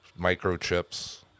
microchips